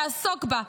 תעסוק בה,